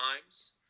times